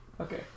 Okay